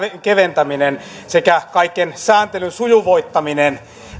keventäminen sekä kaiken sääntelyn sujuvoittaminen